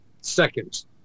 seconds